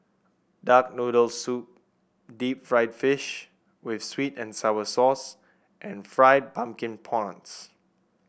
Duck Noodles soup Deep Fried Fish with sweet and sour sauce and Fried Pumpkin Prawns